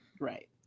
Right